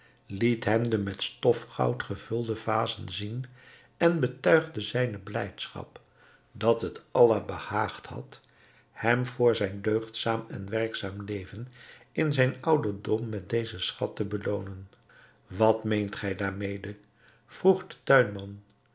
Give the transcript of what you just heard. liet hem de met stofgoud gevulde vazen zien en betuigde zijne blijdschap dat het allah behaagd had hem voor zijn deugdzaam en werkzaam leven in zijnen ouderdom met dezen schat te beloonen wat meent gij daarmede vroeg de tuinman